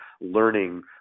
learning